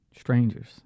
Strangers